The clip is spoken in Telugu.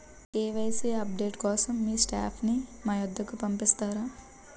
కే.వై.సీ అప్ డేట్ కోసం మీ స్టాఫ్ ని మా వద్దకు పంపిస్తారా?